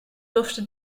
dürfte